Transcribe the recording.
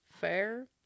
fair